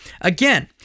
Again